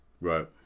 Right